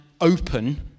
open